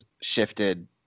shifted